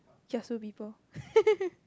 kaisu people